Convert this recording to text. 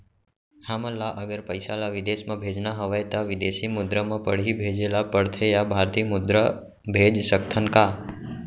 हमन ला अगर पइसा ला विदेश म भेजना हवय त विदेशी मुद्रा म पड़ही भेजे ला पड़थे या भारतीय मुद्रा भेज सकथन का?